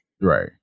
Right